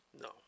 No